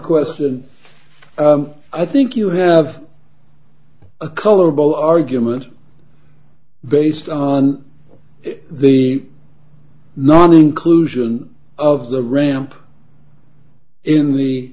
question and i think you have a colorable argument based on the non inclusion of the ramp in the